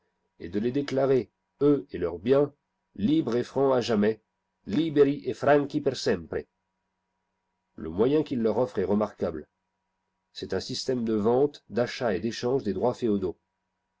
et de les déclarer eux et leurs biens libres et francs à jamais îiberi e franchi per sempre le moyen qu'il leur offre est remarquable c'est un système de vente d'achat et d'échange des droits féodaux